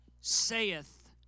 saith